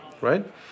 right